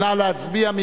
נא להצביע.